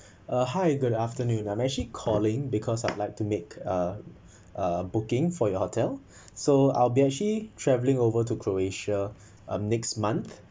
uh hi good afternoon I'm actually calling because I'd like to make uh uh booking for your hotel so I'll be actually travelling over to croatia um next month